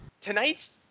tonight's